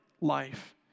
life